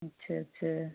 अच्छा अच्छा